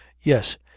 yes